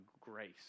grace